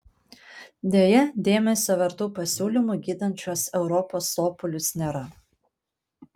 deja dėmesio vertų pasiūlymų gydant šiuos europos sopulius nėra